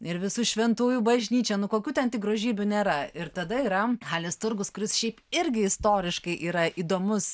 ir visų šventųjų bažnyčia nu kokių ten tik grožybių nėra ir tada yra halės turgus kuris šiaip irgi istoriškai yra įdomus